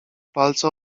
palce